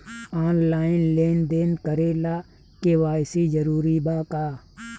Online लेन देन करे ला के.वाइ.सी जरूरी बा का?